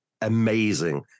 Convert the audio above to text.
amazing